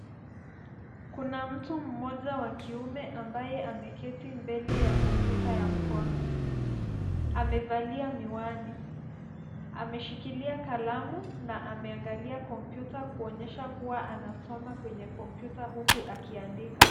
Kuna mtu mmoja wa kiume, ambaye ameketi mbele ya kompyuta ya mkono. Amevalia miwani, ameshikilia kalamu na ameangalia kompyuta kuonyesha kuwa, anasoma kwenye kompyuta huku akiandika.